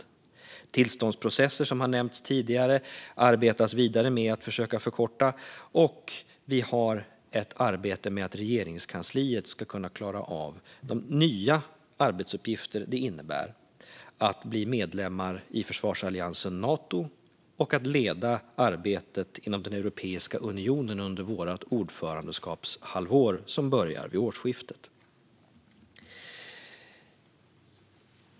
Det arbetas med att försöka förkorta tillståndsprocesserna, vilka har nämnts tidigare, och det pågår ett arbete för att Regeringskansliet ska kunna klara av de nya arbetsuppgifter det innebär att bli medlemmar av försvarsalliansen Nato och att leda arbetet i Europeiska unionen under vårt ordförandeskapshalvår som börjar vid årsskiftet.